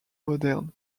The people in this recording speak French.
modernes